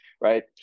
right